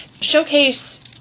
showcase